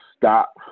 stop